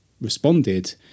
responded